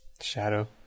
Shadow